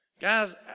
Guys